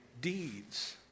deeds